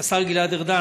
השר גלעד ארדן,